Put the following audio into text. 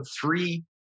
three